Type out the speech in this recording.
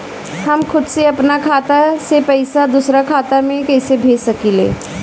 हम खुद से अपना खाता से पइसा दूसरा खाता में कइसे भेज सकी ले?